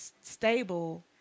stable